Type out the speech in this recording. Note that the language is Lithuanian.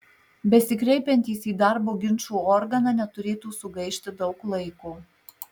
besikreipiantys į darbo ginčų organą neturėtų sugaišti daug laiko